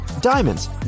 Diamonds